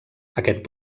aquest